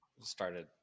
started